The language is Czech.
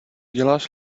děláš